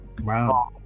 Wow